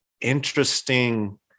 interesting